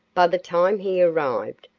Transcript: by the time he arrived,